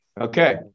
Okay